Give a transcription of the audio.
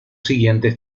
siguientes